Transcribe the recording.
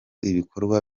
ibikorwa